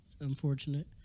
unfortunate